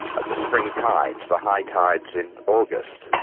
at the spring tides, the high tides in august,